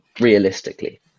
realistically